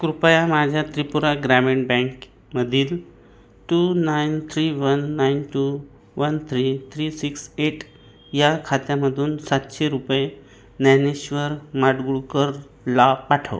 कृपया माझ्या त्रिपुरा ग्रामीण बँकमधील two nine three one nine two one three three six eight या खात्यामधून सातशे रुपये ज्ञानेश्वर माडगूळकरला पाठव